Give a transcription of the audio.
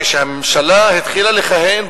כשהממשלה התחילה לכהן,